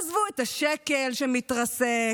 עזבו את השקל שמתרסק,